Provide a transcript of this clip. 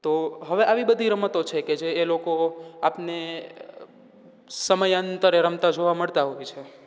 તો હવે આવી બધી રમતો છે કે જે એ લોકો આપણને સમયાંતરે રમતા જોવા મળતાં હોય છે